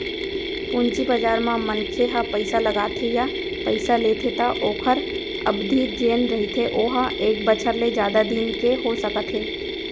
पूंजी बजार म मनखे ह पइसा लगाथे या पइसा लेथे त ओखर अबधि जेन रहिथे ओहा एक बछर ले जादा दिन के हो सकत हे